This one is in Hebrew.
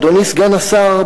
אדוני סגן השר,